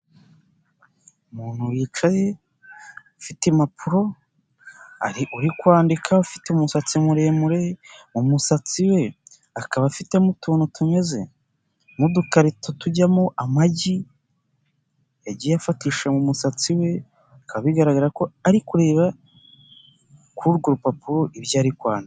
Umuntu wicaye, ufite impapuro, uri kwandika ufite umusatsi muremure, mu musatsi we akaba afitemo utuntu tumeze nk'udukarito tujyamo amagi, yagiye afatisha mu musatsi we, akaba bigaragara ko ari kureba ku rupapuro, ibyo ari kwandika.